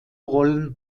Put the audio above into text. rollen